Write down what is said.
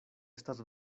estas